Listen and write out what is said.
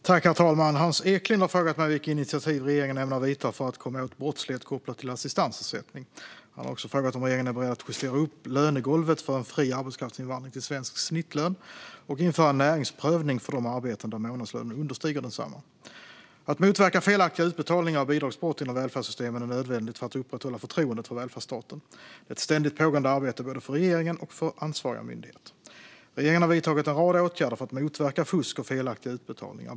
Svar på interpellationer Herr talman! har frågat mig vilka initiativ regeringen ämnar ta för att komma åt brottslighet kopplad till assistansersättning. Han har också frågat om regeringen är beredd att justera upp lönegolvet för en fri arbetskraftsinvandring till svensk snittlön och införa en näringsprövning för de arbeten där månadslönen understiger densamma. Att motverka felaktiga utbetalningar och bidragsbrott inom välfärdssystemen är nödvändigt för att upprätthålla förtroendet för välfärdsstaten. Det är ett ständigt pågående arbete både för regeringen och för ansvariga myndigheter. Regeringen har vidtagit en rad åtgärder för att motverka fusk och felaktiga utbetalningar.